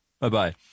Bye-bye